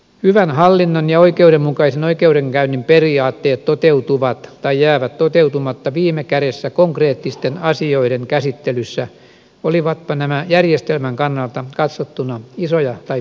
hyvän hallinnan ja oikeudenmukaisen oikeudenkäynnin periaatteet toteutuvat tai jäävät toteutumatta viime kädessä konkreettisten asioiden käsittelyssä olivatpa nämä järjestelmän kannalta katsottuna isoja tai pieniä